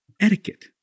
etiquette